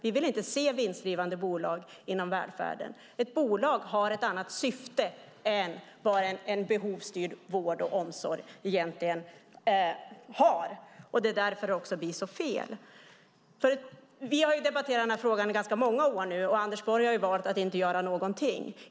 Vi vill inte se vinstdrivande bolag inom välfärden. Ett bolag har ett annat syfte än vad en behovsstyrd vård och omsorg har. Det är också därför det blir så fel. Vi har debatterat frågan i ganska många år nu, och Anders Borg har valt att inte göra någonting.